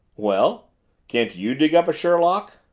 well can't you dig up a sherlock?